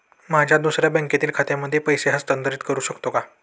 माझ्या दुसऱ्या बँकेतील खात्यामध्ये पैसे हस्तांतरित करू शकतो का?